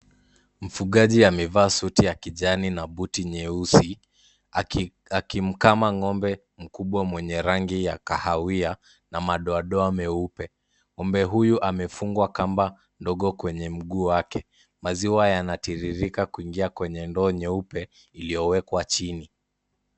Mfugaji amevaa suti ya kijani na buti nyeusi akimkama ng'ombe mkubwa mwenye rangi ya kahawia na madoadoa meupe. Ng'ombe huyu amefungwa kamba ndogo kwenye mguu wake. Maziwa yanatiririka kuingia kwenye ndoo nyeupe iliyowekwa chini.